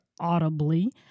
audibly